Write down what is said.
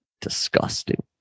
disgusting